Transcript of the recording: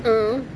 mm